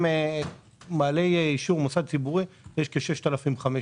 יש כ-6,500